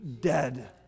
dead